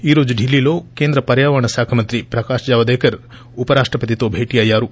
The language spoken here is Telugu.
ఈ రోజు డిల్లీలో కేంద్ర పర్యావరణ శాఖమంత్రి ప్రకాశ్ జావదేకర్ ఉపరాష్షచేతితో భేటీ అయ్యారు